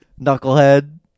Knucklehead